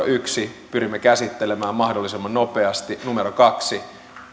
yksi käsittelemään mahdollisimman nopeasti kaksi